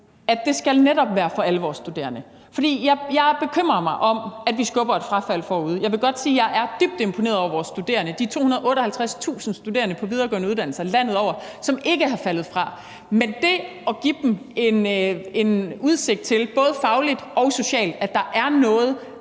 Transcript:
netop skal være for alle vores studerende. For det bekymrer mig, at vi skubber et frafald foran os. Jeg vil godt sige, at jeg er dybt imponeret over vores studerende, de 258.000 studerende på videregående uddannelser landet over, som ikke er faldet fra. Men det at give dem en udsigt til – både fagligt og socialt – at der ligger